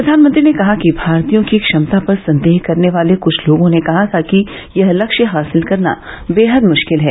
प्रधानमंत्री ने कहा कि भारतीयों की क्षमता पर संदेह करने वाले कुछ लोगों ने कहा था कि यह लक्ष्य हासिल करना बेहद मुश्किल है